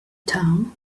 town